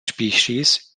species